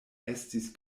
estis